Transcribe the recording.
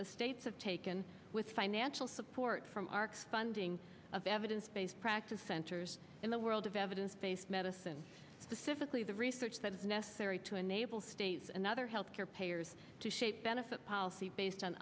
the states have taken with financial support from our funding of evidence based practice centers in the world of evidence based medicine specifically the research that is necessary to enable states and other health care payers to shape benefit policy based on